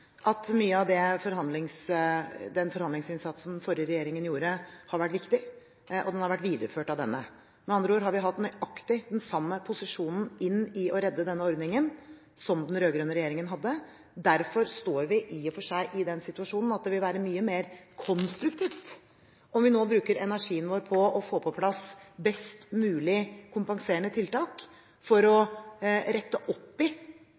at mye av den forhandlingsinnsatsen forrige regjering gjorde, har vært viktig, og den har vært videreført av denne. Med andre ord har vi hatt nøyaktig den samme posisjonen når det gjelder å redde denne ordningen, som den rød-grønne regjeringen hadde. Derfor står vi i den situasjonen at det vil være mye mer konstruktivt om vi nå bruker energien vår på å få på plass best mulig kompenserende tiltak for å rette opp i